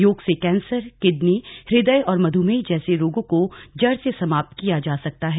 योग से cancer kidney हृदय और मधुमेह जैसे रोग को जड़ से समाप्त किया जा सकता है